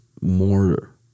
more